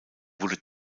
wurde